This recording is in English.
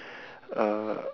uh